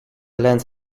left